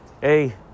hey